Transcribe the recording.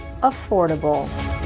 affordable